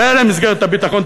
מילא מסגרת הביטחון,